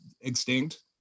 extinct